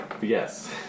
Yes